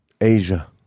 Asia